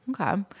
Okay